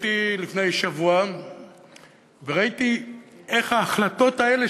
לפני שבוע ראיתי איך ההחלטות האלה,